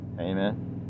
Amen